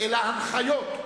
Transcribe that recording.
אלא הנחיות,